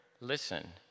listen